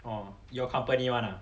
orh your company [one] ah